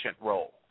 role